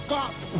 God's